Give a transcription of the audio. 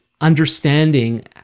understanding